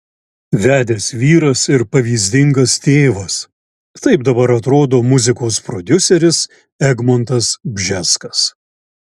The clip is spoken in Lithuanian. vedęs vyras ir pavyzdingas tėvas taip dabar atrodo muzikos prodiuseris egmontas bžeskas